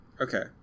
Okay